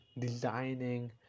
designing